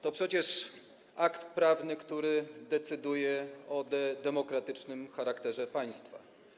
To przecież akt prawny, który decyduje o demokratycznym charakterze państwa.